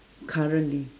currently